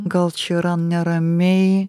gal čia yra neramiai